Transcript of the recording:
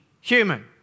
human